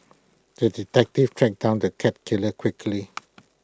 the detective tracked down the cat killer quickly